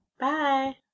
bye